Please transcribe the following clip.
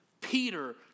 Peter